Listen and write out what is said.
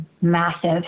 massive